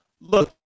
Look